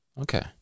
Okay